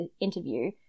interview